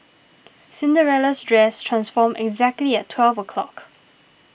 Cinderella's dress transformed exactly at twelve o'clock